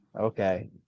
Okay